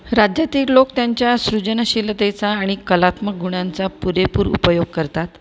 राज्यातील लोक त्यांच्या सृजनशिलतेचा आणि कलात्मक गुणांचा पुरेपूर उपयोग करतात